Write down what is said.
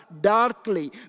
darkly